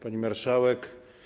Pani Marszałek!